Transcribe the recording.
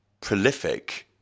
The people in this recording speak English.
prolific